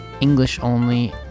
English-only